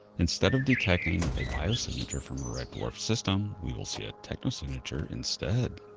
instead of detecting a biosignature from a red dwarf system, we will see a technosignature instead.